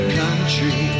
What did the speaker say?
country